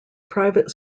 private